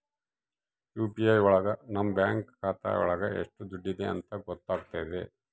UPI ಒಳಗ ನಮ್ bank ಖಾತೆ ಒಳಗ ಎಷ್ಟ್ ದುಡ್ಡಿದೆ ಅಂತ ಗೊತ್ತಾಗ್ತದೆ